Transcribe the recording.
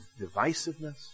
divisiveness